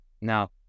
Now